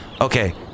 Okay